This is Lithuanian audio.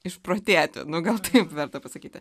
išprotėti nu gal taip verta pasakyti